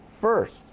First